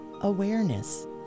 awareness